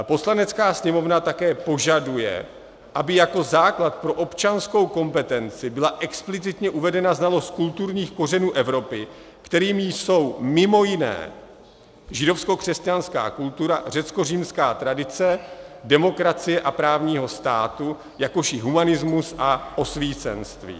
Poslanecká sněmovna také požaduje, aby jako základ pro občanskou kompetenci byla explicitně uvedena znalost kulturních kořenů Evropy, kterými jsou mimo jiné židovskokřesťanská kultura, řeckořímská tradice demokracie a právního státu, jakož i humanismus a osvícenství;